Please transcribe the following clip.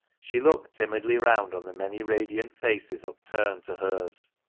she looked timidly round on the many radiant faces upturned to hers.